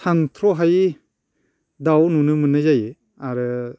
सानथ्र' हायै दाउ नुनो मोननाय जायो आरो